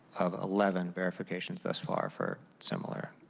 of eleven verifications thus far for similar